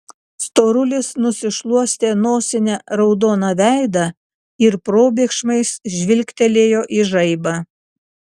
storulis nusišluostė nosine raudoną veidą ir probėgšmais žvilgtelėjo į žaibą